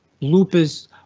lupus